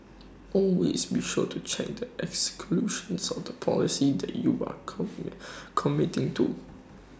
always be sure to check the exclusions of the policy that you are commit committing to